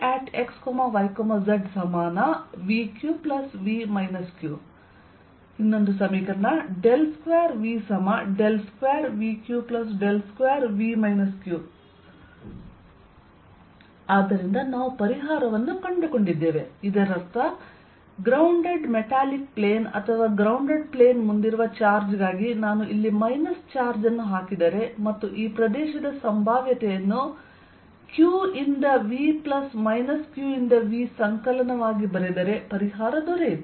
VxyzVqV q 2V2Vq2V q ಆದ್ದರಿಂದ ನಾವು ಪರಿಹಾರವನ್ನು ಕಂಡುಕೊಂಡಿದ್ದೇವೆ ಇದರರ್ಥ ಗ್ರೌಂಡೆಡ್ ಮೆಟಾಲಿಕ್ ಪ್ಲೇನ್ ಅಥವಾ ಗ್ರೌಂಡೆಡ್ ಪ್ಲೇನ್ ಮುಂದಿರುವ ಚಾರ್ಜ್ ಗಾಗಿ ನಾನು ಇಲ್ಲಿ ಮೈನಸ್ ಚಾರ್ಜ್ ಅನ್ನು ಹಾಕಿದರೆ ಮತ್ತು ಈ ಪ್ರದೇಶದ ಸಂಭಾವ್ಯತೆಯನ್ನು q ಯಿಂದ V ಮೈನಸ್ q ಯಿಂದ V ಸಂಕಲನವಾಗಿ ಬರೆದರೆಪರಿಹಾರ ದೊರೆಯಿತು